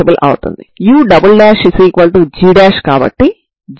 x లలో సరిహద్దు నియమాలను పొందడానికి మనం రెగ్యులర్ స్టర్మ్ లియోవిల్లే సమస్యను కలిగి ఉన్నాము